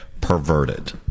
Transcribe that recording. perverted